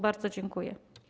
Bardzo dziękuję.